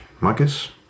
Marcus